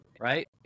right